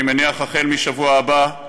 אני מניח מהשבוע הבא,